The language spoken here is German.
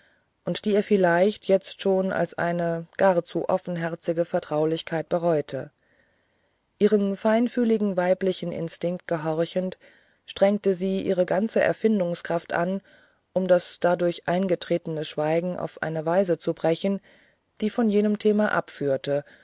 und die er vielleicht jetzt schon als eine gar zu offenherzige vertraulichkeit bereute ihrem feinfühligen weiblichen instinkt gehorchend strengte sie ihre ganze erfindungskraft an um das dadurch eingetretene schweigen auf eine weise zu brechen die von jenem thema abführte